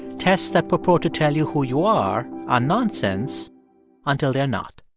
tests that purport to tell you who you are ah nonsense until they're not